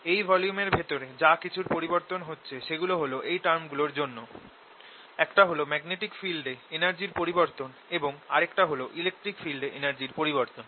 এই ভলিউমের ভেতরে যা কিছুর পরিবর্তন হচ্ছে সেগুলো হল এই টার্মগুলোর জন্যঃ একটা হল ম্যাগনেটিক ফিল্ড এ এনার্জির পরিবর্তন এবং আরেকটা হল ইলেকট্রিক ফিল্ড এ এনার্জির পরিবর্তন